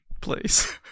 please